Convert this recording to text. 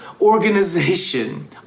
organization